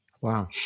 Wow